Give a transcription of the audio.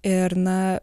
ir na